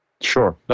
Sure